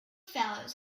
fellows